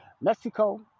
Mexico